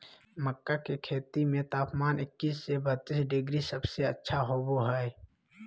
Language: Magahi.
मक्का के खेती में तापमान इक्कीस से बत्तीस डिग्री सबसे अच्छा होबो हइ